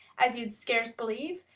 as you'd scarce believe,